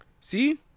See